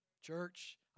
Church